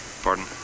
Pardon